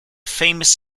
famous